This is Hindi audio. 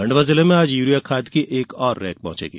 खंडवा जिले में आज यूरिया खाद की एक रेक और पहॅचेंगी